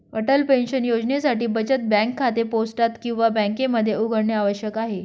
Atal pension योजनेसाठी बचत bank खाते पोस्टात किंवा बँकेमध्ये उघडणे आवश्यक आहे